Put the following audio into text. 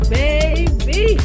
baby